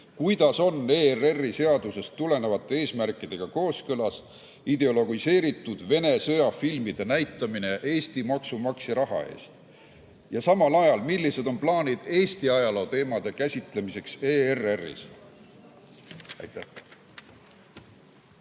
kuidas on ERR-i seadusest tulenevate eesmärkidega kooskõlas ideologiseeritud Vene sõjafilmide näitamine Eesti maksumaksja raha eest. Ja samal ajal, millised on plaanid Eesti ajaloo teemade käsitlemiseks ERR-is? Aitäh!